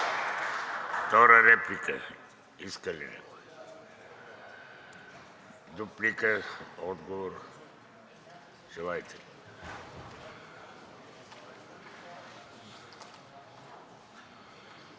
Втора реплика иска ли някой? Дуплика – отговор, желаете ли?